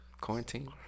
Quarantine